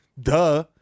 duh